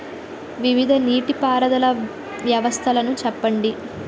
వివిధ నీటి పారుదల వ్యవస్థలను చెప్పండి?